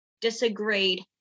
disagreed